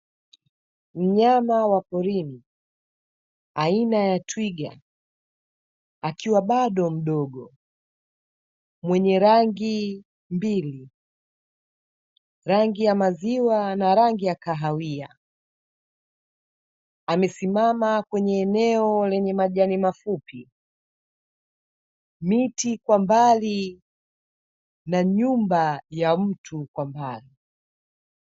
Mnyama wa porini aina ya twiga akiwa bado mdogo, mwenye rangi mbili: rangi ya maziwa na rangi ya kahawia, amesimama kwenye eneo lenye majani mafupi, miti kwa mbali na nyumba ya mtu kwa mbali.